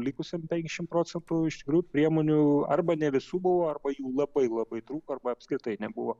likusiem penkiasdešimt procentų iš tikrųjų priemonių arba ne visų buvo arba jų labai labai trūko arba apskritai nebuvo